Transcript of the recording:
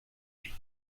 ich